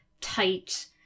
tight